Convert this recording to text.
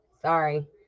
Sorry